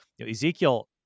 Ezekiel